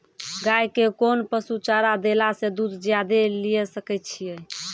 गाय के कोंन पसुचारा देला से दूध ज्यादा लिये सकय छियै?